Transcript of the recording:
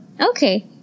Okay